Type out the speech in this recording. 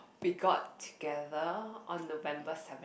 we got together on November seven